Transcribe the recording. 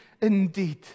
indeed